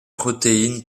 protéines